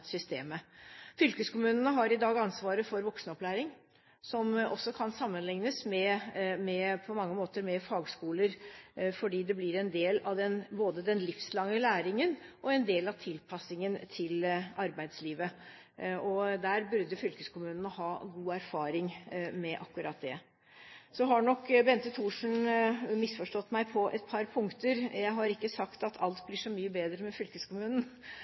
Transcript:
systemet. Fylkeskommunene har i dag ansvaret for voksenopplæring, som også på mange måter kan sammenlignes med fagskoler, fordi det både blir en del av den livslange læringen og en del av tilpasningen til arbeidslivet. Og fylkeskommunene burde ha god erfaring med akkurat det. Så har nok Bente Thorsen misforstått meg på et par punkter. Jeg har ikke sagt at alt blir så mye bedre med fylkeskommunen.